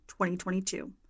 2022